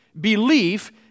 belief